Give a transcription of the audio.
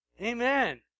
Amen